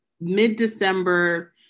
mid-December